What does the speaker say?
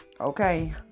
okay